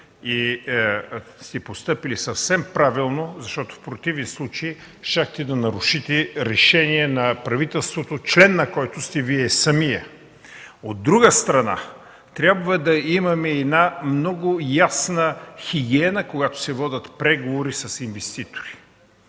казвате. Постъпили сте съвсем правилно, защото в противен случай щяхте да нарушите решение на правителството, член на което сте самият Вие. От друга страна, трябва да имаме много ясна хигиена, когато се водят преговори с инвеститори,